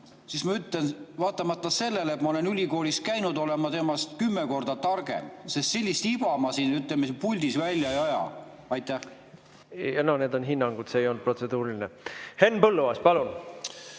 siis ma ütlen, et vaatamata sellele, et ma olen ülikoolis käinud, olen ma temast kümme korda targem, sest sellist iba ma siin puldis ei aja. Need on hinnangud, see ei olnud protseduuriline. Henn Põlluaas, palun!